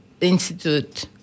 Institute